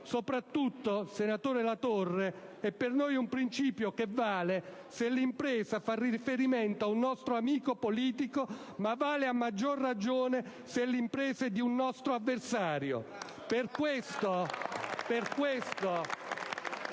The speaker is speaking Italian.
soprattutto, senatore Latorre, è per noi un principio che vale se l'impresa fa riferimento a un nostro amico politico ma vale a maggior ragione se l'impresa è di un nostro avversario.